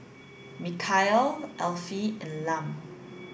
Michaele Alfie and Lum